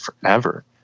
forever